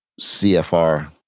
CFR